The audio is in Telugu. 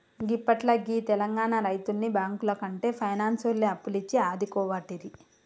గిప్పట్ల గీ తెలంగాణ రైతుల్ని బాంకులకంటే పైనాన్సోల్లే అప్పులిచ్చి ఆదుకోవట్టిరి